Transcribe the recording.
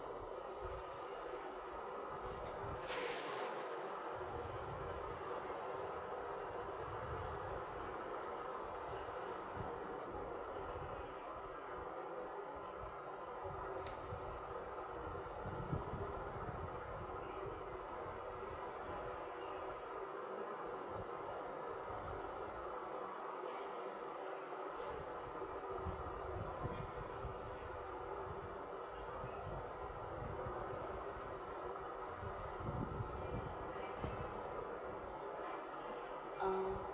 um